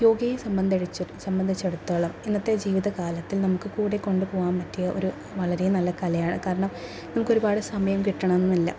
യോഗയെ സംബന്ധടി സംബന്ധിച്ചിടത്തോളം ഇന്നത്തെ ജീവിത കാലത്തിൽ നമുക്ക് കൂടെ കൊണ്ട് പോകാൻ പറ്റിയ ഒരു വളരെ നല്ല കലയാണ് കാരണം നമുക്കൊരുപാട് സമയം കിട്ടണം എന്നില്ല